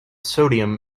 sodium